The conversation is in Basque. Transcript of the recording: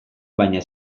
baina